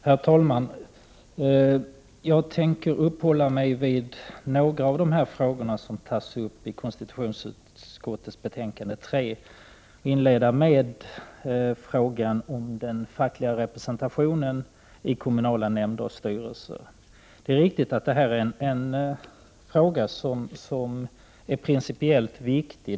Herr talman! Jag tänker uppehålla mig vid några av de frågor som tas uppi konstitutionsutskottets betänkande nr 3 och inleda med frågan om den fackliga representationen i kommunala nämnder och styrelser. Det är riktigt att det här är ett viktigt principiellt spörsmål.